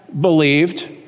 believed